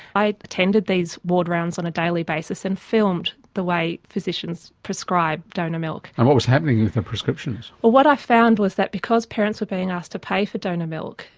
i attended these ward rounds on a daily basis and filmed the way physicians prescribed donor milk. and what was happening with the prescriptions? what i found was that because parents were being asked to pay for donor milk,